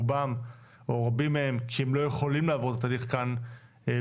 רובם או רבים מהם כי הם לא יכולים לעבור את התהליך כאן בישראל,